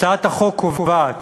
הצעת החוק קובעת